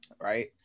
right